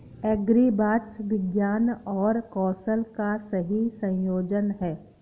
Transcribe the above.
agribots विज्ञान और कौशल का सही संयोजन हैं